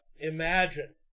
imagine